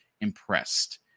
impressed